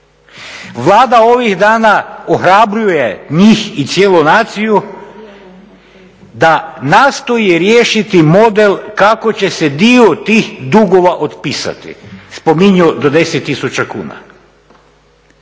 Vlada ovih dana ohrabruje njih i cijelu naciju da nastoji riješiti model kako će se dio tih dugova otpisati, spominju do 10 tisuća kuna.